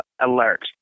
alert